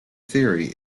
theory